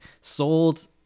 sold